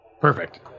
Perfect